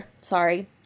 sorry